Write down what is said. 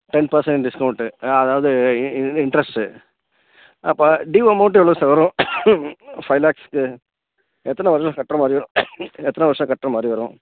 ten percent discount அதாவது இது வந்து இண்ட்ரஸ்ட்டு அப்போ ட்யூ அமௌண்ட்டு எவ்வளோ சார் வரும் ஃபைவ் லாக்ஸ்க்கு எத்தனை வருஷம் கட்டுற மாதிரி வரும் எத்தனை வருஷம் கட்டுற மாதிரி வரும்